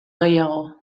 gehiago